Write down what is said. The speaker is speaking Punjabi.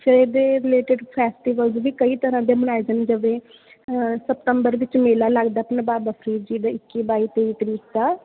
ਫਿਰ ਇਹਦੇ ਰਿਲੇਟਡ ਫੈਸਟੀਵਲਜ ਵੀ ਕਈ ਤਰ੍ਹਾਂ ਦੇ ਮਨਾਏ ਜਾਂਦੇ ਵੇ ਸਤੰਬਰ ਵਿੱਚ ਮੇਲਾ ਲੱਗਦਾ ਆਪਣਾ ਬਾਬਾ ਫ਼ਰੀਦ ਜੀ ਦਾ ਇੱਕੀ ਬਾਈ ਤੇਈ ਤਰੀਕ ਦਾ